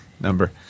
number